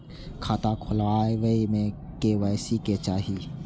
खाता खोला बे में के.वाई.सी के चाहि?